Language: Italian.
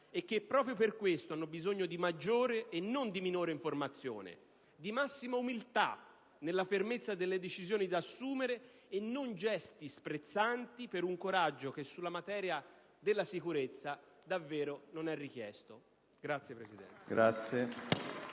e che proprio per questo hanno bisogno di maggiore e non di minore informazione, di massima umiltà nella fermezza delle decisioni da assumere, e non con gesti sprezzanti per un coraggio che sulla materia della sicurezza davvero non è richiesto. *(Applausi